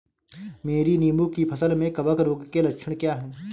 मेरी नींबू की फसल में कवक रोग के लक्षण क्या है?